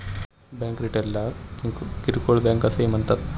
bank रिटेलला किरकोळ bank असेही म्हणतात